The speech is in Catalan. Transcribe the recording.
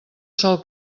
sol